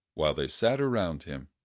while they sat round him.